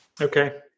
Okay